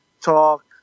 talk